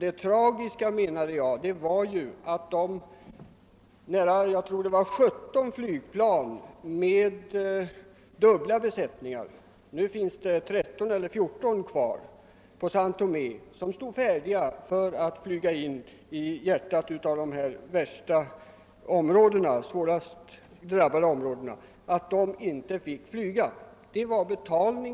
Jag tror att man på Säo Tomé hade — när kriget tog slut — 17 flygplan med dubbla besättningar — nu finns det 13 eller 14 plan kvar — som stod färdiga att flyga in till de svårast drabbade områdena. Att de inte fick göra detta var tragiskt.